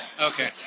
okay